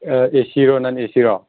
ꯑꯦ zero ꯅꯟ A ꯁꯤꯔꯣ